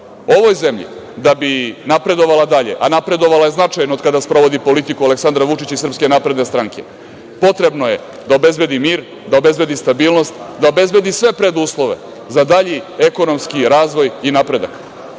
bave. Ovoj zemlji da bi napredovala dalje, a napredovala je značajno od koda sprovodi politiku Aleksandra Vučića i SNS, potrebno je da obezbedi mir, da obezbedi stabilnost, da obezbedi sve preduslove za dalji ekonomski razvoj i napredak.